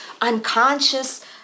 unconscious